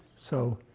so